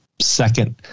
second